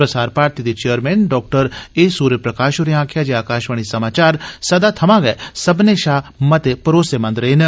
प्रसार भारती दे चेयरमैन डॉ ए सूर्य प्रकाश होरे आक्खेआ जे आकाशवाणी समाचार सदा थमा गै सब्बने शा मते भरोसेमंद रेह न